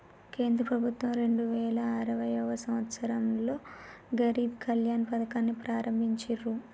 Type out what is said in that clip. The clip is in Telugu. కేంద్ర ప్రభుత్వం రెండు వేల ఇరవైయవ సంవచ్చరంలో గరీబ్ కళ్యాణ్ పథకాన్ని ప్రారంభించిర్రు